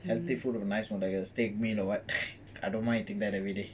healthy food like a nice steak meal or what I don't mind eating that everyday